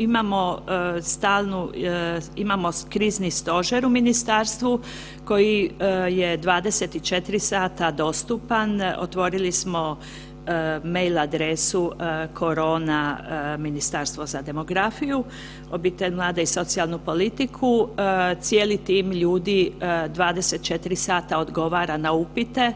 Imamo stalnu, imamo krizni stožer u ministarstvu koji je 24 sata dostupan, otvorili smo mail adresu korona Ministarstvo za demografiju, obitelj, mlade i socijalnu politiku, cijeli tim ljudi 24 sata odgovara na upite,